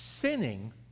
Sinning